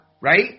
right